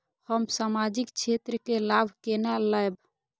हम सामाजिक क्षेत्र के लाभ केना लैब?